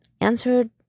answered